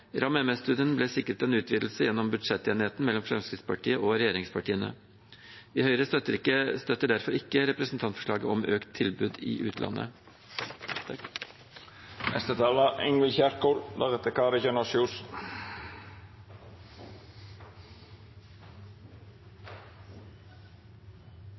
ble sikret en utvidelse gjennom budsjettenigheten mellom Fremskrittspartiet og regjeringspartiene. Høyre støtter derfor ikke representantforslaget om økt tilbud i utlandet.